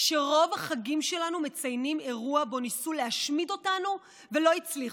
שרוב החגים שלנו מציינים אירוע שבו ניסו להשמיד אותנו ולא הצליחו: